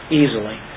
easily